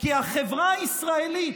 כי החברה הישראלית,